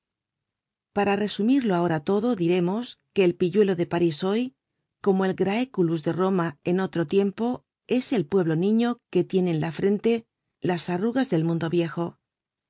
para resumirlo ahora todo diremos que el pilluelo de parís hoy como el grceculus de roma en otro tiempo es el pueblo niño que tiene en la frente las arrugas del mundo viejo